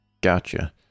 Gotcha